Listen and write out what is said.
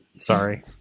Sorry